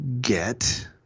get